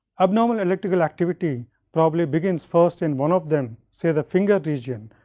abnormal electrical activity probably begins first in one of them, say the finger region,